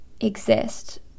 exist